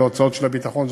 להוצאות הביטחון,